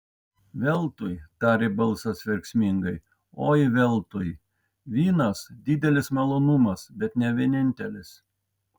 veltui tarė balsas verksmingai oi veltui vynas didelis malonumas bet ne vienintelis